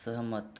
सहमत